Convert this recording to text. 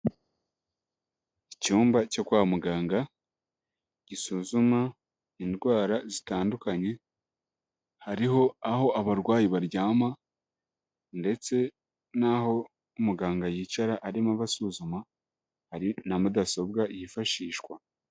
Icyumba cyo kwa muganga gisuzuma indwara zitandukanye hariho aho abarwayi baryama ndetse n'aho muganga yicara arimo abasuzuma hari na mudasobwa yifashishwa.